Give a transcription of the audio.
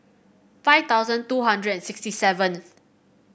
five thousand two hundred and sixty seventh